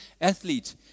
athlete